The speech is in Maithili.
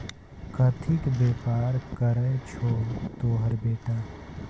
कथीक बेपार करय छौ तोहर बेटा?